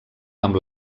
amb